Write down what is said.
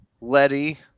Letty